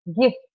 gift